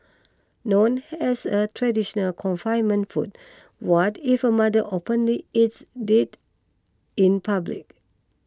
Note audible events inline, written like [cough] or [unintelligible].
known as a traditional confinement food what if a mother openly eats [unintelligible] in public